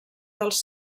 dels